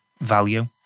value